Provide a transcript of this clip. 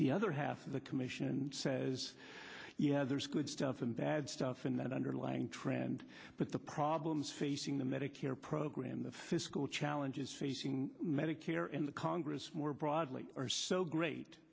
the other half of the commission says there's good stuff and bad stuff in that underlying trend but the problems facing the medicare program the fiscal challenges facing medicare and the congress more broadly are so great